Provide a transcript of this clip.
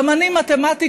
גם אני לא משהו